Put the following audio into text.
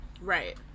Right